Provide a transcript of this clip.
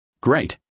Great